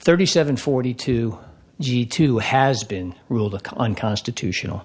thirty seven forty two g two has been ruled unconstitutional